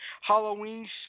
Halloween